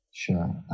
Sure